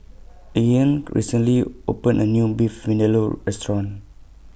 Leeann recently opened A New Beef Vindaloo Restaurant